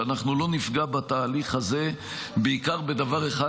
שלא נפגע בתהליך הזה בעיקר בדבר אחד,